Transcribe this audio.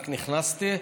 רק נכנסתי,